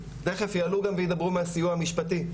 תיכף יעלו גם וידברו גם מהסיוע המשפטי,